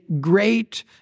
great